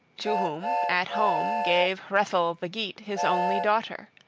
to whom, at home, gave hrethel the geat his only daughter.